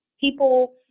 people